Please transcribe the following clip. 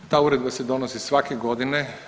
Ta uredba se donosi svake godine.